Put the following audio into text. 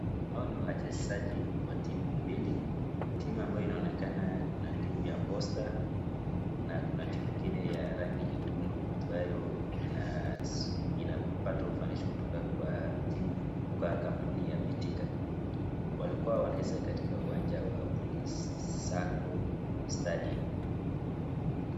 Hawa ni wachezaji wa timu mbili timu inayoonekana kuna timu ya Posta na kuna timu ingine ya rangi nyekundu ambayo inapata ufanisho kutoka kwa kampuni ya betika, walikuwa wanacheza katika uwanja wa Police Sacco Stadium.